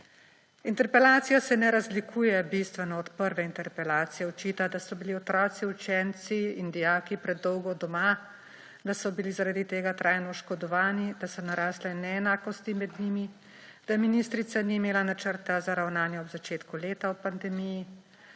Interpelacija se ne razlikuje bistveno od prve interpelacije. Očita, da so bili otroci, učenci in dijaki predolgo doma, da so bili zaradi tega trajno oškodovani, da so narasle neenakosti med njimi, da ministrica ni imela načrta za ravnanje ob začetku leta o pandemiji.